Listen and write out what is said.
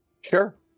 Sure